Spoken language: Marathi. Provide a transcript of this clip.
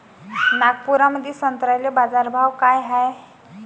नागपुरामंदी संत्र्याले बाजारभाव काय हाय?